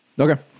Okay